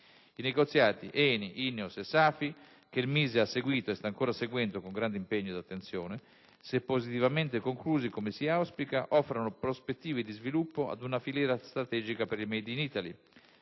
dello sviluppo economico ha seguito e sta ancora seguendo con grande impegno ed attenzione, se positivamente conclusi, come si auspica, offrono prospettive di sviluppo ad una filiera strategica per il *made in Italy*,